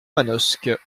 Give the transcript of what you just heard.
manosque